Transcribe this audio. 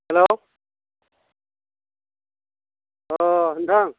hello औ नोंथां